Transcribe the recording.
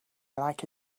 like